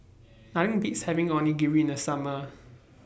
Nothing Beats having Onigiri in The Summer